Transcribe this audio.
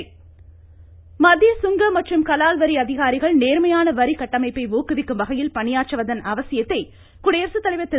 ராம்நாத்கோவிந்த் மத்திய கங்க மற்றும் கலால் வரி அதிகாரிகள் நேர்மையான வரி கட்டமைப்பை ஊக்குவிக்கும் வகையில் பணியாற்றுவதன் அவசியத்தை குடியரசுத்தலைவர் திரு